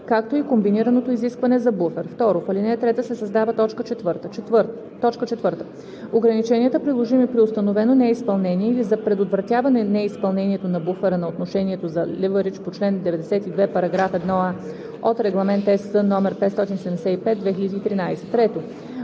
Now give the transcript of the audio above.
„както и комбинираното изискване за буфер“. 2. В ал. 3 се създава т. 4: „4. ограниченията, приложими при установено неизпълнение или за предотвратяване неизпълнението на буфера на отношението за ливъридж по чл. 92, параграф 1а от Регламент (ЕС) № 575/2013.“ 3.